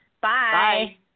Bye